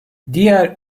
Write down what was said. diğer